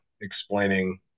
explaining